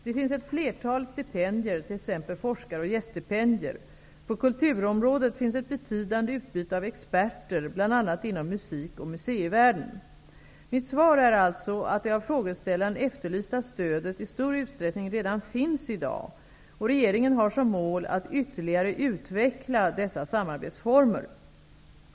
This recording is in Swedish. Det finns ett flertal stipendier, t.ex. forskar och gäststipendier. På kulturområdet finns ett betydande utbyte av experter, bl.a. inom musikoch museivärlden. Mitt svar är alltså att det av frågeställaren efterlysta stödet i stor utsträckning redan finns i dag, och regeringen har som mål att ytterligare utveckla dessa samarbetsformer.